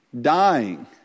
dying